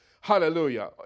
Hallelujah